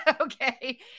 okay